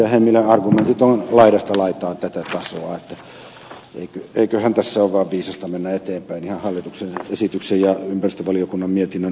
hemmilän argumentit ovat laidasta laitaan tätä tasoa joten eiköhän tässä ole vaan viisasta mennä eteenpäin ihan hallituksen esityksen ja ympäristövaliokunnan mietinnön mukaisilla nuoteilla